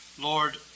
Lord